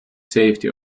safety